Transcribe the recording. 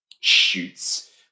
shoots